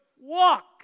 walk